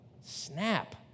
Snap